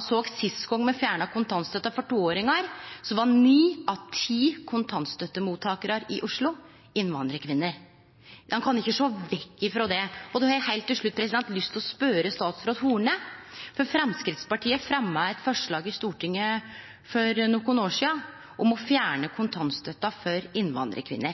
såg me då me fjerna kontantstøtta for toåringar, at ni av ti kontantstøttemottakarar i Oslo var innvandrarkvinner. Ein kan ikkje sjå vekk frå det. Eg har heilt til slutt lyst til å spørje statsråd Horne: Framstegspartiet fremja for nokre år sidan eit forslag i Stortinget om å fjerne kontantstøtta for